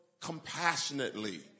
compassionately